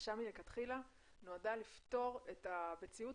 שההנגשה מלכתחילה נועדה לפתור את המציאות